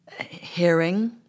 hearing